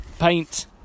Paint